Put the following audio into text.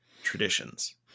Traditions